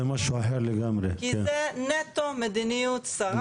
כי זה נטו מדיניות שרה.